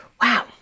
wow